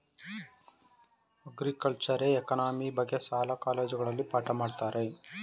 ಅಗ್ರಿಕಲ್ಚರೆ economy ಬಗ್ಗೆ ಶಾಲಾ ಕಾಲೇಜುಗಳಲ್ಲಿ ಪಾಠ ಮಾಡತ್ತರೆ